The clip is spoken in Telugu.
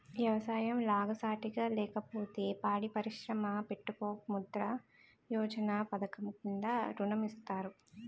ఎవసాయం లాభసాటిగా లేకపోతే పాడి పరిశ్రమ పెట్టుకో ముద్రా యోజన పధకము కింద ఋణం ఇత్తారు